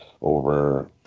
over